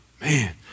man